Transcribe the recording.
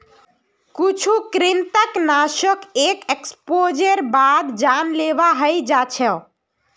कुछु कृंतकनाशक एक एक्सपोजरेर बाद जानलेवा हय जा छ